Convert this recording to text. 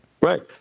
Right